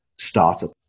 startup